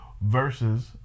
versus